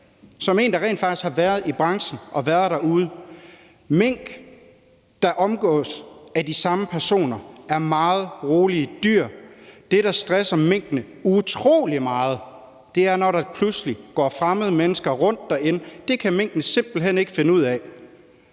Som en, der rent faktisk har været i branchen og været derude, kan jeg sige, at mink, der omgås af de samme personer, er meget rolige dyr. Det, der stresser minkene utrolig meget, er, når der pludselig går fremmede mennesker rundt derinde. Det kan minkene simpelt hen ikke finde ud af,